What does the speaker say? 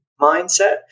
mindset